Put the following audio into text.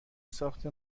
ساخت